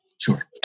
Sure